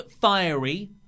fiery